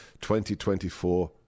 2024